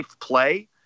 play